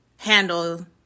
handle